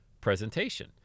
presentation